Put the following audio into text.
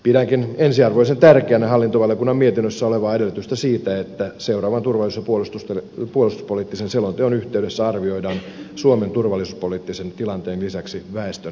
pidänkin ensiarvoisen tärkeänä hallintovaliokunnan mietinnössä olevaa edellytystä siitä että seuraavan turvallisuus ja puolustuspoliittisen selonteon yhteydessä arvioidaan suomen turvallisuuspoliittisen tilanteen lisäksi väestön suojaamisen tarpeet